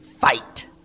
fight